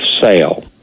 sale